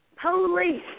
police